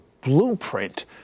blueprint